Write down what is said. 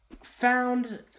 found